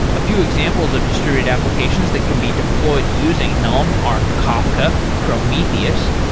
a few examples of distributed applications that can be deployed using helm are kafka, prometheus,